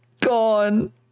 gone